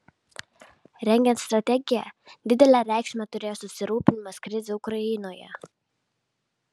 rengiant strategiją didelę reikšmę turėjo susirūpinimas krize ukrainoje